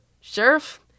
Sheriff